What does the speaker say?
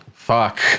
Fuck